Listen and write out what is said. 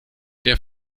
der